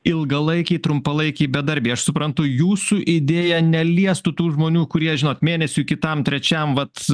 ilgalaikiai trumpalaikiai bedarbiai aš suprantu jūsų idėja neliestų tų žmonių kurie žinot mėnesiui kitam trečiam vat